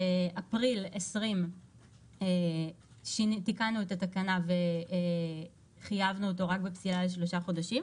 ב-20 באפריל תיקנו את התקנה וחייבנו אותו רק בפסילה לשלושה חודשים,